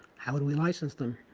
how would we license them?